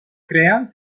crean